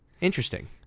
Interesting